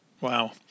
Wow